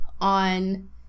on